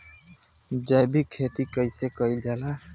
जैविक खेती कईसे कईल जाला?